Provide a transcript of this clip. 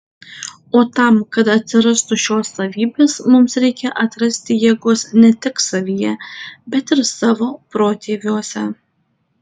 o tam kad atsirastų šios savybės mums reikia atrasti jėgos ne tik savyje bet ir savo protėviuose